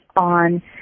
on